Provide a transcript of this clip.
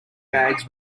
bags